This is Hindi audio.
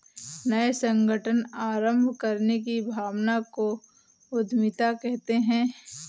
नये संगठन आरम्भ करने की भावना को उद्यमिता कहते है